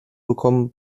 bekommen